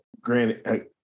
granted